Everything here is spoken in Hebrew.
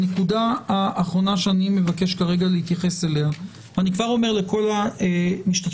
הנקודה האחרונה שאני מבקש כרגע להתייחס אליה ואני כבר אומר לכל המשתתפים